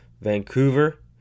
Vancouver